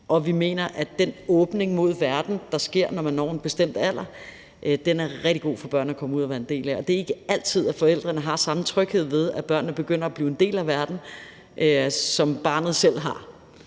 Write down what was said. Vi mener, at den åbning mod verden, der sker, når man når en bestemt alder, er rigtig god for børn at komme ud at være en del af. Det er ikke altid, at forældrene har samme tryghed ved, at børnene begynder at blive en del af verden, som barnet selv har,